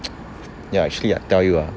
ya actually I tell you ah